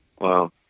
Wow